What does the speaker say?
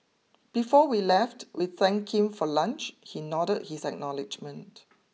before we left we thanked him for lunch he nodded his acknowledgement